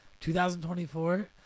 2024